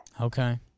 Okay